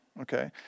Okay